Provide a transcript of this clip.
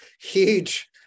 huge